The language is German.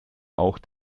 auch